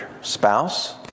spouse